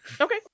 Okay